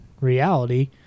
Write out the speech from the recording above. reality